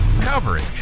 coverage